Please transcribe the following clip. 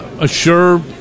assure